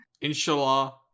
Inshallah